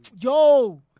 Yo